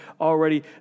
already